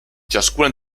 ciascuna